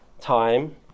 time